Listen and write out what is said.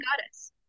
goddess